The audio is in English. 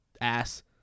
ass-